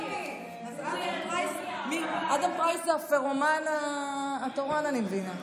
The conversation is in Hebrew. אדם פרייס זה הפירומן התורן, אני מבינה.